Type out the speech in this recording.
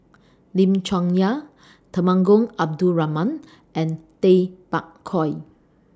Lim Chong Yah Temenggong Abdul Rahman and Tay Bak Koi